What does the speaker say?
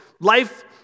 life